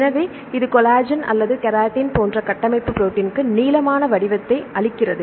எனவே இது கொலாஜன் அல்லது கெரட்டின் போன்ற கட்டமைப்பு ப்ரோடீன்னிற்கு நீளமான வடிவத்தை அளிக்கிறது